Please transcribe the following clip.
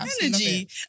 Energy